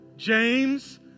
James